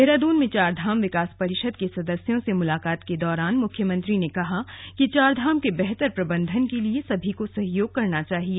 देहरादून में चारधाम विकास परिषद के सदस्यों से मुलाकात के दौरान मुख्यमंत्री ने कहा कि चारधाम के बेहतर प्रबन्धन के लिये सभी को सहयोग करना चाहिए